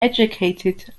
educated